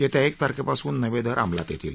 येत्या एक तारखेपासून नवे दर अंमलात येतील